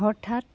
অৰ্থাৎ